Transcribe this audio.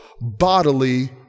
bodily